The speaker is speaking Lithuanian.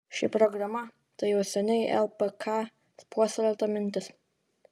ši programa tai jau seniai lpk puoselėta mintis